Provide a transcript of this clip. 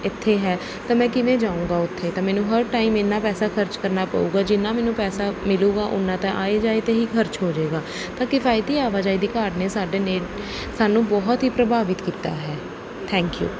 ਇੱਥੇ ਹੈ ਤਾਂ ਮੈਂ ਕਿਵੇਂ ਜਾਊਂਗਾ ਉੱਥੇ ਤਾਂ ਮੈਨੂੰ ਹਰ ਟਾਈਮ ਇੰਨਾ ਪੈਸਾ ਖਰਚ ਕਰਨਾ ਪਊਗਾ ਜਿੰਨਾ ਮੈਨੂੰ ਪੈਸਾ ਮਿਲੇਗਾ ਓਨਾ ਤਾਂ ਆਏ ਜਾਏ 'ਤੇ ਹੀ ਖਰਚ ਹੋ ਜੇਗਾ ਤਾਂ ਕਿਫਾਇਤੀ ਆਵਾਜਾਈ ਦੀ ਘਾਟ ਨੇ ਸਾਡੇ ਨੇ ਸਾਨੂੰ ਬਹੁਤ ਹੀ ਪ੍ਰਭਾਵਿਤ ਕੀਤਾ ਹੈ ਥੈਂਕ ਯੂ